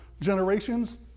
generations